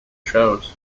shows